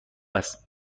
است